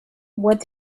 what